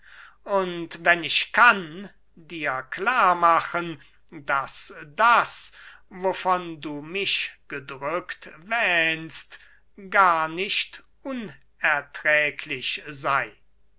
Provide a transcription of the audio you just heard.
und wenn ich kann dir klar machen daß das wovon du mich gedrückt wähnst gar nicht unerträglich sei